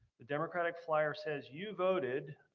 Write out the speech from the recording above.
the democratic flyer says you voted